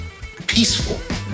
peaceful